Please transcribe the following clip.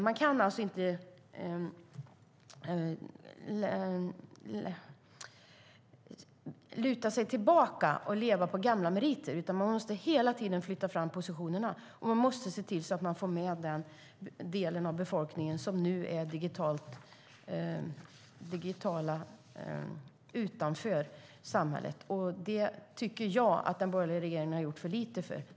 Man kan alltså inte luta sig tillbaka och leva på gamla meriter, utan man måste hela tiden flytta fram positionerna och se till att få med den del av befolkningen som nu är utanför det digitala samhället. Det tycker jag att den borgerliga regeringen har gjort för lite för.